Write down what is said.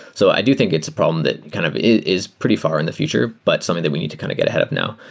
so i do think it's a problem that kind of is pretty far in the future, but something that we need to kind of get ahead of now.